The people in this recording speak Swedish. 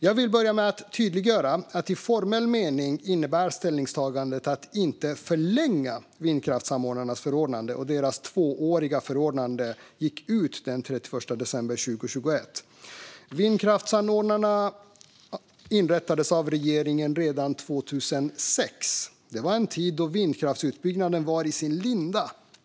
Jag vill börja med att tydliggöra att ställningstagandet att inte förlänga vindkraftssamordnarnas förordnanden i formell mening innebär att deras tvååriga förordnanden gick ut den 31 december 2021. Vindkraftssamordnarna inrättades av regeringen redan 2006. Detta var en tid då vindkraftsutbyggnaden var i sin linda.